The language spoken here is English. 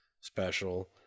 special